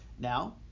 Now